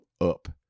up